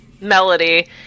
melody